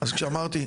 אז כשאמרתי,